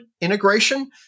integration